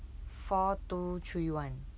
four two three one